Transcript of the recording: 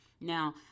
Now